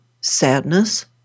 sadness